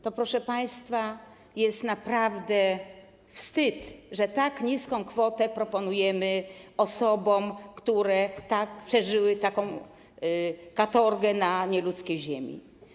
To, proszę państwa, jest naprawdę wstyd, że tak niską kwotę proponujemy osobom, które przeżyły taką katorgę na nieludzkiej ziemi.